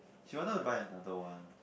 she wanted to buy another one